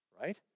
right